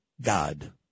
God